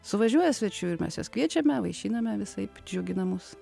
suvažiuoja svečių ir mes juos kviečiame vaišiname visaip džiugina mus